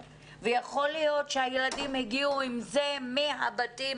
ויכול להיות שהילדים הגיעו עם זה מהבתים